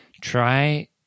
try